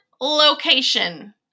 location